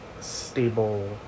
stable